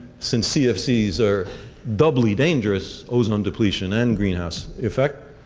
since cfcs are doubly dangerous ozone depletion and greenhouse effect,